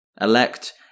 Elect